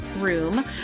room